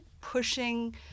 pushing